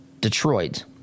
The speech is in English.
Detroit